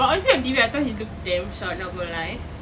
but also on T_V he look damn short not gonna lie